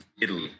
Italy